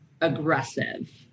aggressive